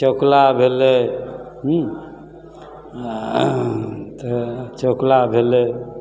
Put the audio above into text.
चकला भेलै हुँ तऽ चकला भेलै